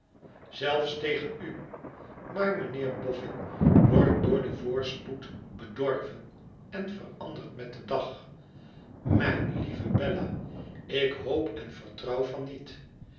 zelfs tegen u maar mijnheer bofbn wordt door den voorspoed bedorven en verandert met den dag mijne lieve bella ik hoop en vertrouw van niet